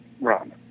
run